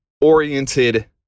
oriented